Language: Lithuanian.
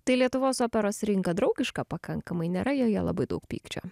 tai lietuvos operos rinka draugiška pakankamai nėra joje labai daug pykčio